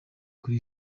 kuri